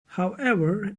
however